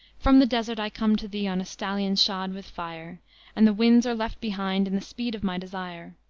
from the desert i come to thee on a stallion shod with fire and the winds are left behind in the speed of my desire.